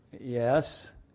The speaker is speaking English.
Yes